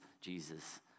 Jesus